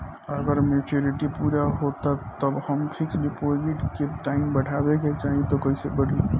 अगर मेचूरिटि पूरा होला पर हम फिक्स डिपॉज़िट के टाइम बढ़ावे के चाहिए त कैसे बढ़ी?